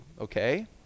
okay